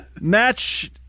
Match